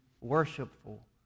worshipful